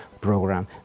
program